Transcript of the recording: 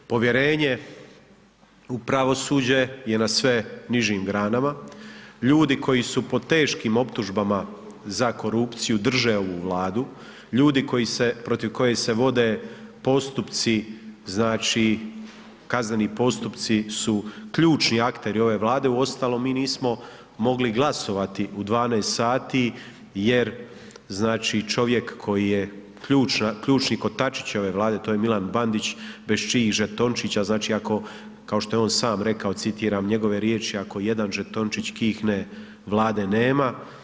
Povjerenje u pravosuđe je na sve nižim granam, ljudi koji su pod teškim optužbama za korupciju drže ovu Vladu, ljudi protiv kojih se vode postupci znači kazneni postupci su ključni akteri ove Vlade, uostalom mi nismo mogli glasovati u 12 sati jer znači čovjek koji je ključni kotačić ove Vlade to je Milan Bandić bez čijih žetončića, znači ako kao što je on sam rekao, citiram njegove riječi: „Ako jedan žetočić kihne, Vlade nema.